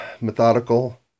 methodical